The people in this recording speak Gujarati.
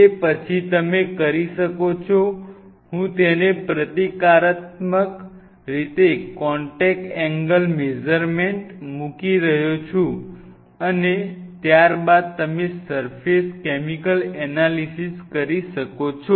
તે પછી તમે કરી શકો છો હું તેને પ્રતીકાત્મક રીતે કોન્ટેક્ટ એંગલ મેઝર્મેન્ટ મૂકી રહ્યો છું અને ત્યારબાદ તમે સર્ફેસ કૅમિકલ એનાલિસિસ કરી શકો છો